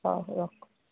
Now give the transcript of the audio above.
ହଉ ରଖ